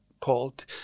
called